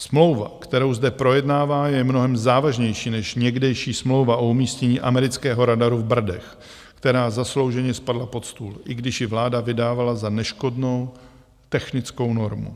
Smlouva, kterou zde projednáváme, je mnohem závažnější než někdejší smlouva o umístění amerického radaru v Brdech, která zaslouženě spadla pod stůl, i když ji vláda vydávala za neškodnou technickou normu.